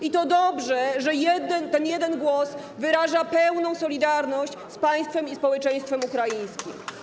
I to dobrze, że ten jeden głos wyraża pełną solidarność z państwem i społeczeństwem ukraińskim.